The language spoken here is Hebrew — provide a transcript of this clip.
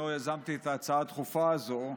ההצעה הדחופה הזו,